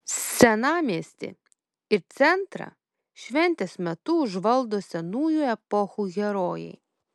senamiestį ir centrą šventės metu užvaldo senųjų epochų herojai